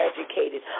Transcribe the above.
educated